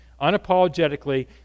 unapologetically